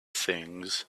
things